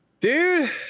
Dude